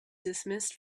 dismissed